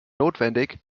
notwendig